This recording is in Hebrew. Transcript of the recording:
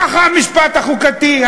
ככה המשפט החוקתי,